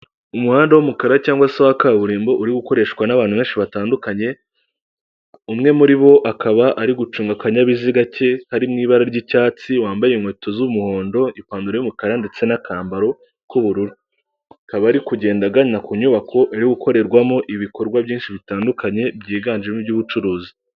Umuhanda w'umukara cyangwa se wa kaburimbo uri gukoreshwa n'abantu benshi batandukanye, umwe muri bo akaba ari gucunga akanyayabiziga ke kari mu ibara ry'icyatsi wambaye inkweto z'umuhondo ipantaro y'umukara ndetse n'akambaro k'ubururu. Akaba ari kugenda agana ku nyubako iri gukorerwamo ibikorwa byinshi bitandukanye byiganjemo iby'ubucuruzi.